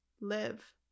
live